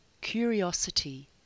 curiosity